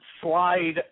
slide